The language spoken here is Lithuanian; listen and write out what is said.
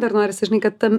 dar norisi žinai kad ta